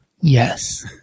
Yes